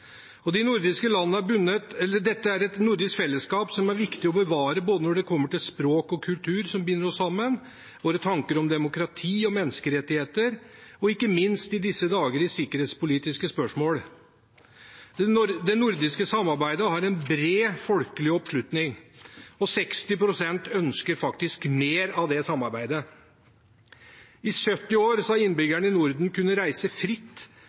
Dette er et nordisk fellesskap som er viktig å bevare, både når det gjelder språk og kultur som binder oss sammen, våre tanker om demokrati og menneskerettigheter, og ikke minst – i disse dager – i sikkerhetspolitiske spørsmål. Det nordiske samarbeidet har en bred folkelig oppslutning – 60 pst. ønsker faktisk mer av det samarbeidet. I 70 år har innbyggerne i Norden kunnet reise fritt